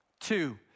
Two